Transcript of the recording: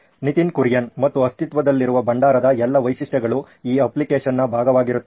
ನಿತಿನ್ ಕುರಿಯನ್ ಮತ್ತು ಅಸ್ತಿತ್ವದಲ್ಲಿರುವ ಭಂಡಾರದ ಎಲ್ಲಾ ವೈಶಿಷ್ಟ್ಯಗಳು ಈ ಅಪ್ಲಿಕೇಶನ್ನ ಭಾಗವಾಗಿರುತ್ತದೆ